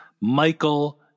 Michael